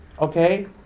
okay